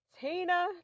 Tina